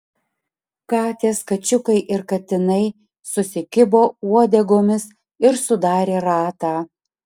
katės kačiukai ir katinai susikibo uodegomis ir sudarė ratą